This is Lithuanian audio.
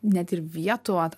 net ir vietų at